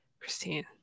christine